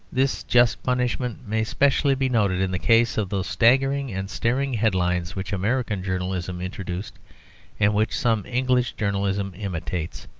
this just punishment may specially be noticed in the case of those staggering and staring headlines which american journalism introduced and which some english journalism imitates.